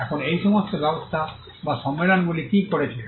এখন এই সমস্ত ব্যবস্থা বা সম্মেলনগুলি কী করেছিল